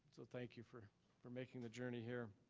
so thank you for for making the journey here.